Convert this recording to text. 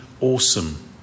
awesome